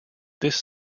this